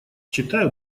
читаю